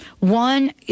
One